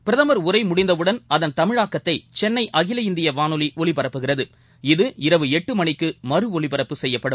பிரதமர் உரை முடிந்தவுடன் அதன் தமிழாக்கத்தை சென்னை அகில இந்திய வானொலி ஒலிபரப்புகிறது இது இரவு எட்டு மணிக்கு மறுஒலிபரப்பும் செய்யப்படும்